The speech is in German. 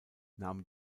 nahmen